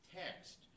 text